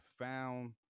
found